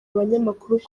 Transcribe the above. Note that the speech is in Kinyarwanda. abanyamakuru